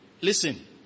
listen